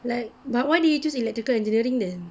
like but why did he choose electrical engineering then